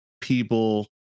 people